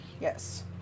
yes